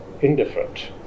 indifferent